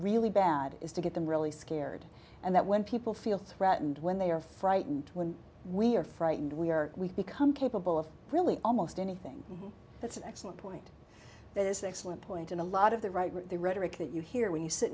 really bad is to get them really scared and that when people feel threatened when they are frightened when we are frightened we are we become capable of really almost anything that's an excellent point that is excellent point in a lot of the right the rhetoric that you hear when you sit